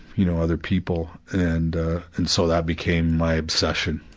you know, other people and ah, and so that became my obsession.